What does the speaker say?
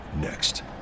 Next